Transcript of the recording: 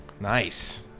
nice